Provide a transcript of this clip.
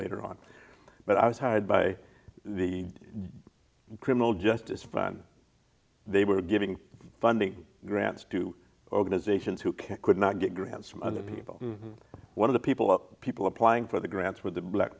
later on but i was hired by the criminal justice plan they were giving funding grants to organizations who can could not get grants from other people one of the people of people applying for the grants with the black